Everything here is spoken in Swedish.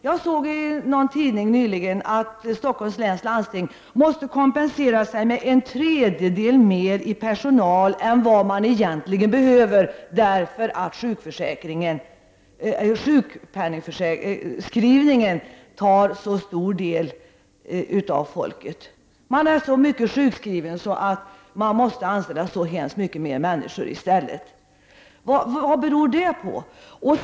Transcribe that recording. Jag såg i någon tidning nyligen att Stockholms läns landsting måste kompensera sig med en tredjedel mer i personal än vad man egentligen behöver därför att sjukskrivningen tar så stor del av arbetsstyrkan. Så många är sjukskrivna att man måste anställa över 30 96 fler människor i stället. Vad beror då det på?